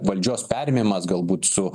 valdžios perėmimas galbūt su